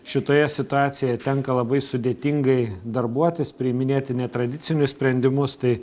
šitoje situacijoje tenka labai sudėtingai darbuotis priiminėti netradicinius sprendimus tai